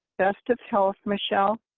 best of health, michelle,